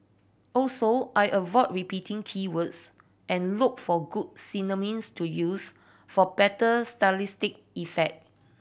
also I avoid repeating key words and look for good synonyms to use for better stylistic effect